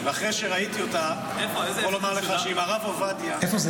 אחרי שראיתי אותה אני יכול לומר שאם הרב עובדיה --- איפה?